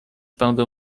będę